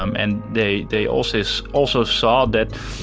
um and they they also saw also saw that,